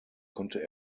konnte